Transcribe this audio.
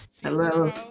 hello